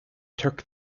took